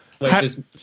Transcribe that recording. Wait